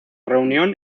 reunión